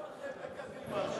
זה לא כמו אצלכם בקדימה,